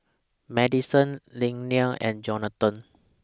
Madison Leia and Jonathon